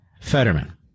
Fetterman